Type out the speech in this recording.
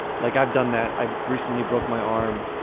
like i've done that. i recently broke my arm